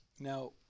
Now